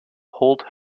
holt